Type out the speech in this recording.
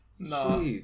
No